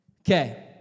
okay